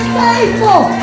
faithful